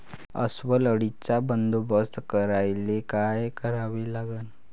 अस्वल अळीचा बंदोबस्त करायले काय करावे लागन?